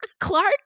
Clark